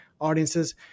audiences